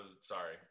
sorry